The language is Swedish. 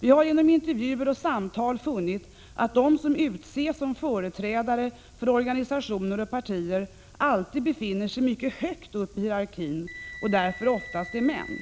Vi har genom intervjuer och samtal funnit att de som utses som företrädare för organisationer och partier alltid befinner sig mycket högt upp hierarkin och därför oftast är män.